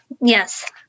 Yes